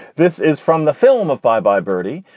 this is from the film of bye bye birdie,